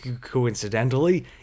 coincidentally